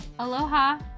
Aloha